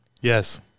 Yes